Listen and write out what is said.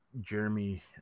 Jeremy